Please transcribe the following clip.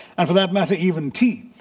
and for that matter even tea.